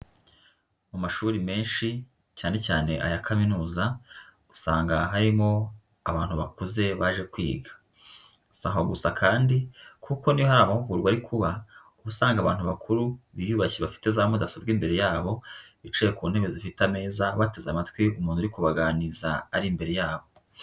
Mu mashuri menshi cyane cyane aya kaminuza, usanga harimo abantu bakuze baje kwiga. Si aho gusa kandi, kuko n'iyo hari amahugurwa ari kuba, uba usanga abantu bakuru biyubashye bafite za mudasobwa imbere yabo, bicaye ku ntebe zifite ameza, bateze amatwi umuntu uri kubaganiriza, ari imbere yabo.